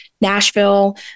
Nashville